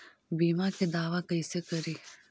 बीमा के दावा कैसे करी?